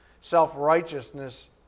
self-righteousness